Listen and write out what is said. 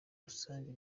rusange